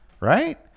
right